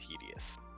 tedious